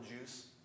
juice